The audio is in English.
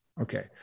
Okay